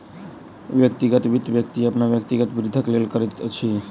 व्यक्तिगत वित्त, व्यक्ति अपन व्यक्तिगत वृद्धिक लेल करैत अछि